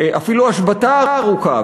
אפילו השבתה ארוכה,